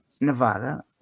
Nevada